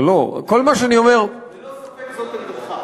ללא ספק זאת עמדתך.